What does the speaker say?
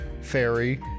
fairy